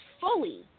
fully